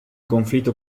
conflitto